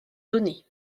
donnés